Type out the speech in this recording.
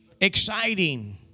exciting